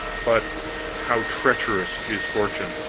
but how treacherous is fortune!